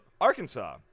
Arkansas